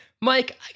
Mike